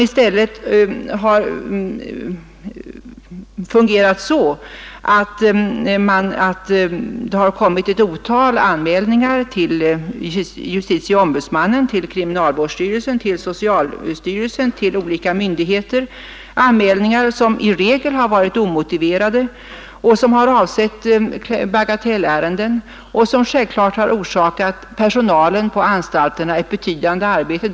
Det har organiserats ett antal anmälningar till justitieombudsmannen, kriminalvårdsstyrelsen, socialstyrelsen och andra myndigheter — anmälningar som i regel varit omotiverade, som avsett bagatellärenden och som självklart orsakat personalen på anstalterna ett betydande arbete.